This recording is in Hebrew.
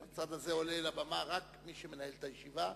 מהצד הזה עולה לבמה רק מי שמנהל את הישיבה.